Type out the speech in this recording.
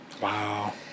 Wow